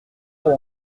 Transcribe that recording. trop